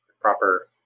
proper